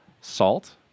salt